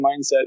mindset